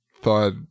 thought